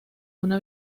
una